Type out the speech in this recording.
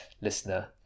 listener